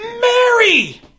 Mary